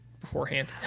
beforehand